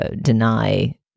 deny